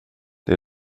det